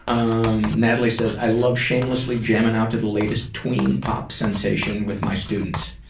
um natalie says, i love shamelessly jamming out to the latest tween pop sensation with my students.